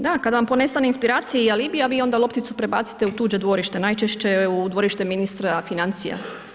Da, kada vam ponestane inspiracije i alibija vi onda lopticu prebacite u tuđe dvorište, najčešće u dvorište ministra financija.